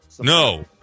no